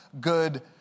good